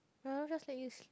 mine will just let you sleep